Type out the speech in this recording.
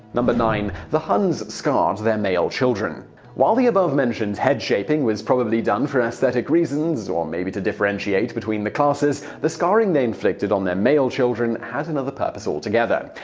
nine. the huns scarred their male children while the above mentioned head shaping was probably done for aesthetic reasons, or maybe to differentiate between the classes, the scarring they inflicted on their male children had another purpose altogether.